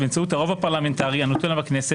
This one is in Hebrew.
באמצעות הרוב הפרלמנטרי הנתון לה בכנסת,